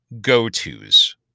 go-tos